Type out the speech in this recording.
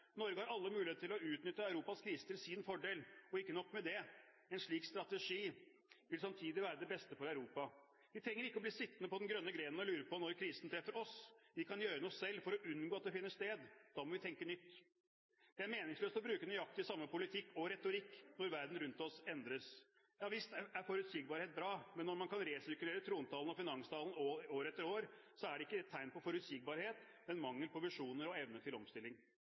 Norge sitter på den grønne gren. Norge har alle muligheter til å utnytte Europas krise til sin fordel. Ikke nok med det: En slik strategi vil samtidig være det beste for Europa. Vi trenger ikke å bli sittende på den grønne grenen og lure på når krisen treffer oss. Vi kan gjøre noe selv for å unngå at den finner sted. Da må vi tenke nytt. Det er meningsløst å bruke nøyaktig samme politikk og retorikk når verden rundt oss endres. Ja visst er forutsigbarhet bra, men når man kan resirkulere trontalen og finanstalen år etter år, er ikke det et tegn på forutsigbarhet, men mangel på visjoner og evne til omstilling.